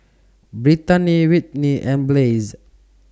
Brittanie Whitney and Blaise